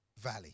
valley